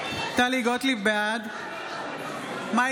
בעד מאי